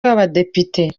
w’abadepite